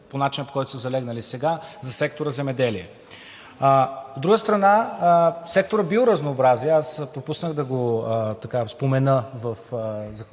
по начина, по който са залегнали сега за сектора „Земеделие“. От друга страна, секторът „Биоразнообразие“, аз пропуснах да го спомена в